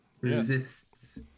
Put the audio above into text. resists